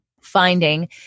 finding